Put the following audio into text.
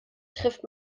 trifft